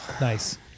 Nice